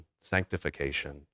sanctification